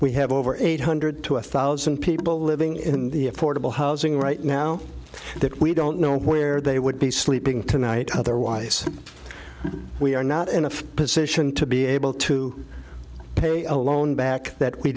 we have over eight hundred to a thousand people living in the affordable housing right now that we don't know where they would be sleeping tonight otherwise we are not in a position to be able to pay a loan back that we